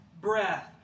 breath